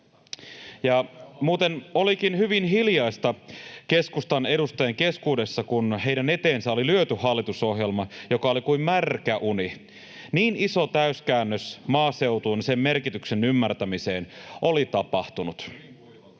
Ja muuten olikin hyvin hiljaista keskustan edustajien keskuudessa, kun heidän eteensä oli lyöty hallitusohjelma, joka oli kuin märkä uni — niin iso täyskäännös maaseutuun, sen merkityksen ymmärtämiseen oli tapahtunut.